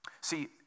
See